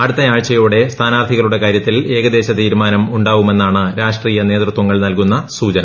അടുത്ത ആഴ്ചയോടെ സ്ഥാനാർത്ഥികളുടെ കാരൃത്തിൽ ഏകദേശ തീരുമാനമുണ്ടാവുമെന്നാണ് രാഷ്ട്രീയ നേതൃത്വങ്ങൾ നൽകുന്ന സൂചന